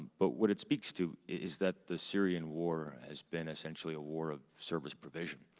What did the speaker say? but what it speaks to is that the syrian war has been essentially a war of service provision,